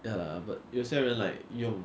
ya lah but 有些人 like 用